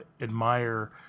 admire